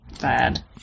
bad